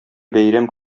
бәйрәм